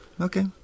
Okay